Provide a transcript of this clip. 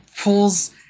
pulls